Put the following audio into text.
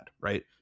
right